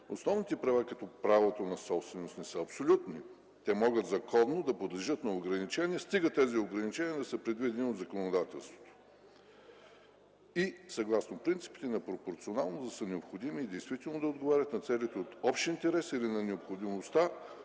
основните права като правото на собственост не са абсолютни, те могат законно да подлежат на ограничение, стига тези ограничения да са предвидени от законодателството и съгласно принципите на пропорционалност да са необходими и действително да отговарят на целите от общ интерес или на необходимостта